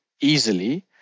easily